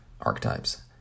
archetypes